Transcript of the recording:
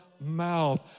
mouth